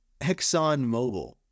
ExxonMobil